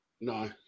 No